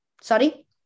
Sorry